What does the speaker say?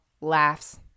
laughs